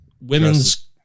women's